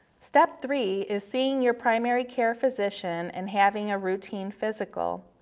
step three is seeing your primary care physician and having a routine physical.